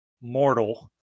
mortal